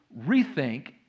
rethink